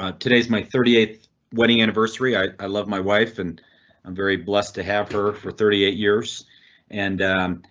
ah today is my thirtieth wedding anniversary. i i love my wife and i'm very blessed to have her for thirty eight years and i'm